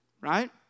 Right